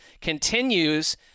continues